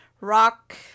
rock